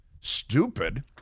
stupid